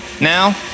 Now